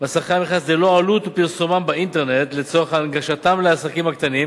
מסמכי המכרז ללא עלות פרסומם באינטרנט לצורך הנגשתם לעסקים הקטנים